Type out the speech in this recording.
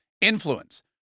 influence